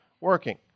working